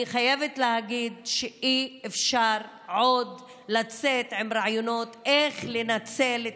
אני חייבת להגיד שאי-אפשר עוד לצאת עם רעיונות איך לנצל את